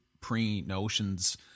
pre-notions